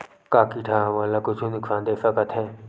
का कीट ह हमन ला कुछु नुकसान दे सकत हे?